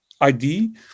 ID